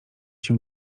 się